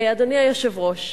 אדוני היושב-ראש,